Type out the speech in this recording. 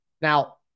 Now